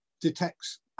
detects